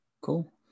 Cool